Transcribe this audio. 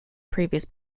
previous